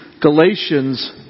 Galatians